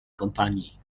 kompanii